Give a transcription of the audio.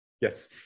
yes